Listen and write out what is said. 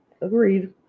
Agreed